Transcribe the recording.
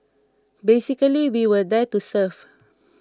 basically we were there to serve